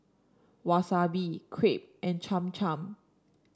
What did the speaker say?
Wasabi Crepe and Cham Cham